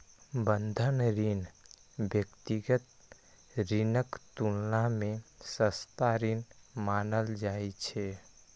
बंधक ऋण व्यक्तिगत ऋणक तुलना मे सस्ता ऋण मानल जाइ छै